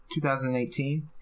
2018